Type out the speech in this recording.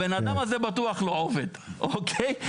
הבן אדם הזה בטוח לא עובד, אוקיי?